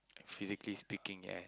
physically speaking ya